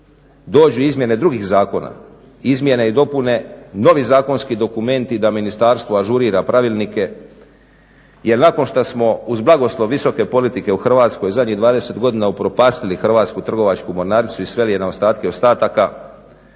dođu izmjene drugih zakona, izmjene i dopune, novi zakonski dokumenti da ministarstvo ažurira pravilnike jer nakon što smo uz blagoslov visoke politike u Hrvatskoj u zadnjih 20 godina upropastili Hrvatsku trgovačku mornaricu i sveli je na ostatke ostataka